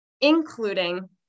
including